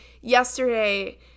yesterday